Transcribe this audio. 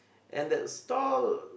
and that store